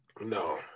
No